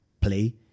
play